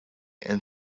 and